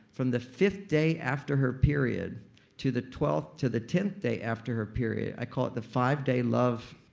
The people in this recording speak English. from the fifth day after her period to the twelfth, to the tenth day after her period, i call it the five day love